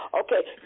okay